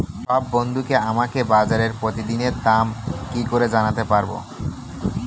সব বন্ধুকে আমাকে বাজারের প্রতিদিনের দাম কি করে জানাতে পারবো?